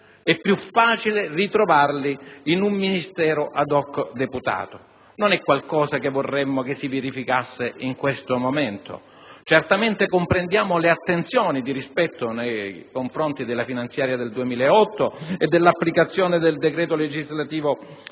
questi motivi di garanzia in un Ministero *ad hoc* deputato, anche se non è qualcosa che vorremmo che si verificasse in questo momento. Certamente, comprendiamo le attenzioni circa il rispetto nei confronti della finanziaria del 2008 e dell'applicazione del decreto legislativo n.